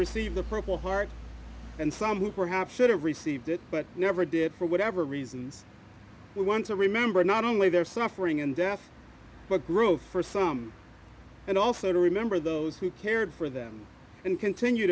received the purple heart and some who perhaps should have received it but never did for whatever reasons we want to remember not only their suffering and death but growth for some and also to remember those who cared for them and continue